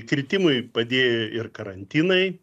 kritimui padėjo ir karantinai